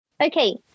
Okay